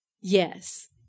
Yes